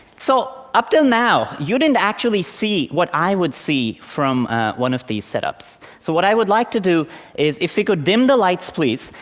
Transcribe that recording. so up till now, you didn't actually see what i would see from one of these setups. so what i would like to do is, if we could dim the lights, please,